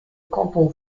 canton